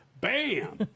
bam